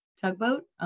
tugboat